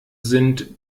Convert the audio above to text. sind